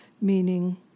meaning